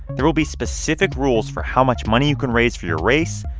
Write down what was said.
there will be specific rules for how much money you can raise for your race,